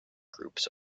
groups